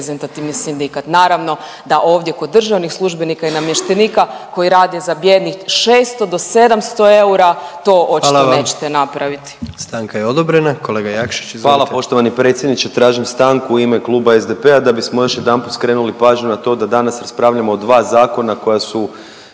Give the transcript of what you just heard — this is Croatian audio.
reprezentativni sindikat. Naravno da ovdje kod državnih službenika i namještenika koji rade za bijednih 600 do 700 eura …/Upadica: Hvala vam./… to očito nećete napraviti. **Jandroković, Gordan (HDZ)** Stanka je odobrena. Kolega Jakšić, izvolite. **Jakšić, Mišel (SDP)** Hvala poštovani predsjedniče. Tražim stanku u ime Kluba SDP-a da bismo još jedanput skrenuli pažnju na to da danas raspravljamo o dva zakona koja su